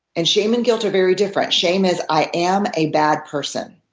and shame and guilt are very different. shame is i am a bad person.